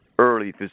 early